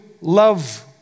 love